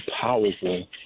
powerful